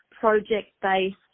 project-based